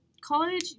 college